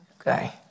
Okay